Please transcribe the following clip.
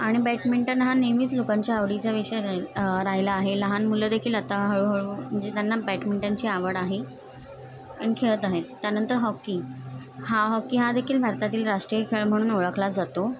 आणि बॅटमिंटन हा नेहमीच लोकांच्या आवडीचा विषय राहिला आहे लहान मुलं देखील आता हळूहळू म्हणजे त्यांना बॅटमिंटनची आवड आहे अन् खेळत आहे त्यानंतर हॉकी हा हॉकी हादेखील भारतातील राष्ट्रीय खेळ म्हणून ओळखला जातो